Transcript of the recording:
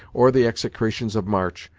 or the execrations of march,